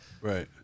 right